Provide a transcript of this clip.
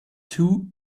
two